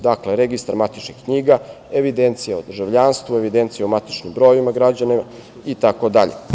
Dakle, registar matičnih knjiga, evidencija o državljanstvu, evidencija o matičnim brojevima građana itd.